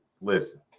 Listen